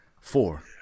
Four